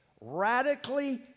radically